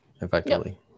effectively